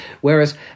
whereas